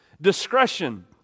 Discretion